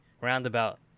roundabout